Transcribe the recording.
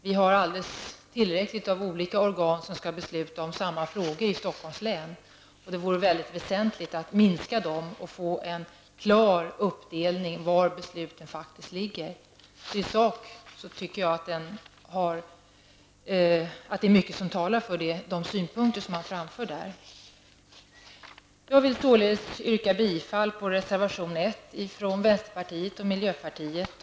Vi har alldeles tillräckligt med organ som skall besluta om samma frågor i Stockholms län, och det är väsentligt att minska dem och få en klar uppdelning av var besluten skall ske. I sak tycker jag att det är mycket som talar för de synpunkter som framförts i denna skrivelse. Jag vill således yrka bifall till reservation 1 från vänsterpartiet och miljöpartiet.